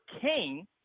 king